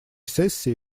сессии